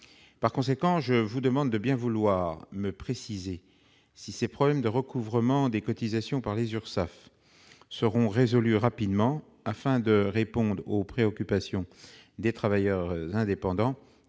Par conséquent, je vous demande de bien vouloir me préciser si ces problèmes de recouvrement des cotisations par les URSSAF seront résolus rapidement afin de répondre aux préoccupations des travailleurs indépendants